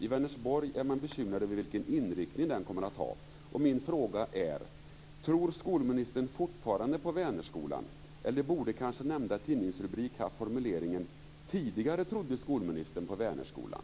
I Vänersborg är man bekymrad över vilken inriktning den kommer att ha. Vänerskolan? Eller borde kanske nämnda tidningsrubrik haft formuleringen: Tidigare trodde skolministern på Vänerskolan?